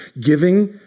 giving